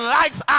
life